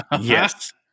Yes